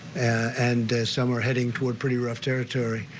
and some are heading toward pretty rough territory.